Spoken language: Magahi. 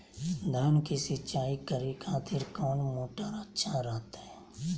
धान की सिंचाई करे खातिर कौन मोटर अच्छा रहतय?